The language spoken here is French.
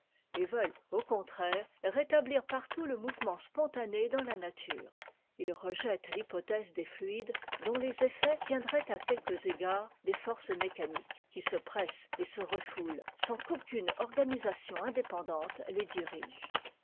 et veulent au contraire rétablir partout le mouvement spontané dans la nature ils rejettent l'hypothèse des fluides dont les effets tiendraient à quelques égards des forces mécaniques qui se pressent et se refoulent sans qu'aucune organisation indépendante les dirige